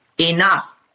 enough